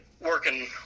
working